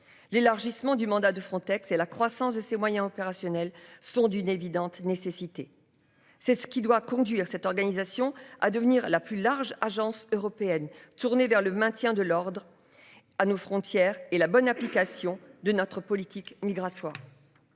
L'élargissement du mandat de Frontex et la croissance de ses moyens opérationnels sont d'une évidente nécessité. C'est ce qui doit conduire cette organisation à devenir la plus large agence européenne tourné vers le maintien de l'ordre. À nos frontières et la bonne application de notre politique migratoire.